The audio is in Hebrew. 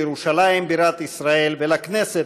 לירושלים בירת ישראל ולכנסת,